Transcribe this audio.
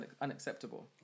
unacceptable